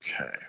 okay